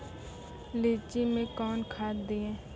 लीची मैं कौन खाद दिए?